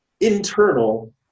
internal